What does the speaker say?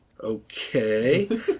Okay